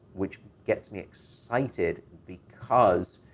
which gets me excited, because